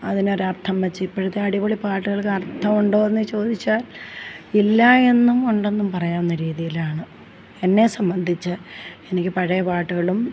അതിന് ഒരു അർത്ഥം വച്ചു ഇപ്പോഴഴത്തെ അടിപൊളി പാട്ടുകൾക്ക് അർത്ഥം ഉണ്ടോ എന്ന് ചോദിച്ചാൽ ഇല്ല എന്നും ഉണ്ടെന്നും പറയാവുന്ന രീതിയിലാണ് എന്നെ സംബന്ധിച്ച് എനിക്ക് പഴയ പാട്ടുകളും